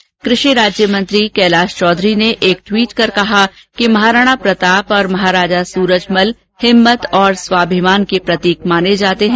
केन्द्रीय कृषि राज्यमंत्री कैलाश चौधरी ने एक ट्वीट कर कहा कि महाराणा प्रताप और महाराजा सूरजमल हिम्मत और स्वाभिमान के प्रतीक माने जाते हैं